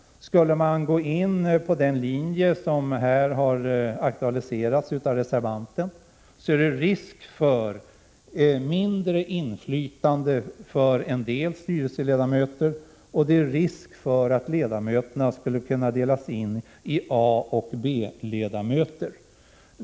Skulle man gå in på den linje som reservanten här aktualiserat är det risk för mindre inflytande för en del styrelseledamöter, risk för att ledamöterna skulle kunna delas in i aoch b-ledamöter.